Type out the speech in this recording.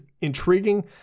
intriguing